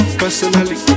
personally